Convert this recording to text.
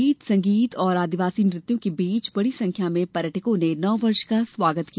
गीत संगीत और आदिवासी नृत्यों के बीच बड़ी संख्या मे पर्यटकों ने नववर्ष का स्वागत किया